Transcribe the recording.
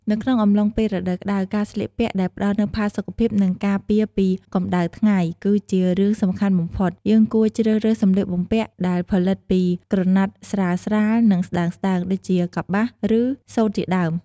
នៅក្នុងអំឡុងពេលរដូវក្តៅ ការស្លៀកពាក់ដែលផ្ដល់នូវផាសុខភាព និងការពារពីកម្ដៅថ្ងៃគឺជារឿងសំខាន់បំផុត យើងគួរជ្រើសរើសសម្លៀកបំពាក់ដែលផលិតពី ក្រណាត់ស្រាលៗ និងស្តើងៗ ដូចជា កប្បាស ឬ សូត្រជាដើម។